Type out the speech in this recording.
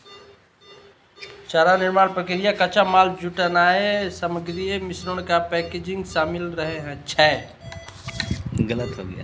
चारा निर्माण प्रक्रिया मे कच्चा माल जुटेनाय, सामग्रीक मिश्रण आ पैकेजिंग शामिल रहै छै